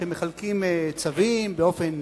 שמחלקים צווים באופן